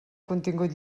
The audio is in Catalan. contingut